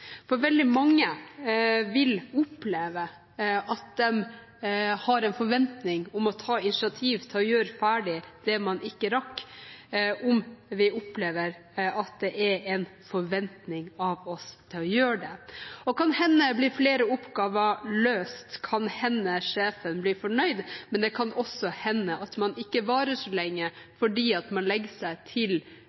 For veldig mange vil oppleve en forventning om å ta initiativ til å gjøre ferdig det man ikke rakk, om man opplever at det er en forventning til at man gjør det. Kan hende blir flere oppgaver løst. Kan hende blir sjefen fornøyd. Men det kan også hende at man ikke varer så lenge, fordi man legger seg til